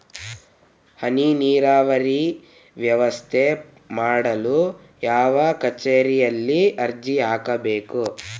ಹನಿ ನೇರಾವರಿ ವ್ಯವಸ್ಥೆ ಮಾಡಲು ಯಾವ ಕಚೇರಿಯಲ್ಲಿ ಅರ್ಜಿ ಹಾಕಬೇಕು?